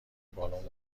بالن